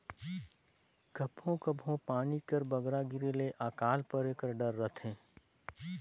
कभों कभों पानी कर बगरा गिरे ले अकाल परे कर डर रहथे